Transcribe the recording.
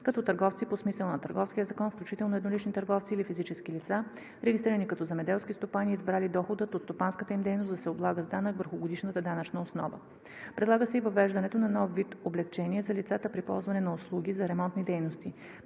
като търговци по смисъла на Търговския закон, включително еднолични търговци или физически лица, регистрирани като земеделски стопани, избрали доходът от стопанската им дейност да се облага с данък върху годишната данъчна основа. Предлага се и въвеждането на нов вид облекчение за лицата при ползване на услуги за ремонтни дейности.